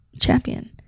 champion